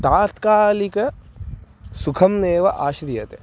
तात्कालिकसुखम् एव आश्रियते